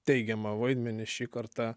teigiamą vaidmenį šį kartą